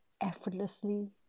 effortlessly